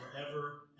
forever